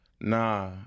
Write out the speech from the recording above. Nah